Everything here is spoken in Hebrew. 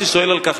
רש"י שואל על כך,